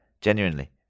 genuinely